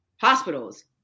hospitals